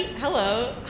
Hello